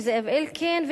וזאב אלקין,